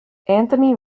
anthony